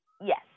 Yes